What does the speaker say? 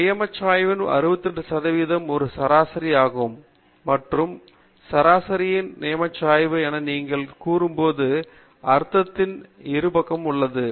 நியமச்சாய்வில் 68 சதவிகிதம் ஒரு சராசரி ஆகும் மற்றும் சராசரியின் நியமச்சாய்வு என நீங்கள் கூறும்போது அர்த்தத்தின் இரு பக்கத்திலும் உள்ளது